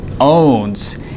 owns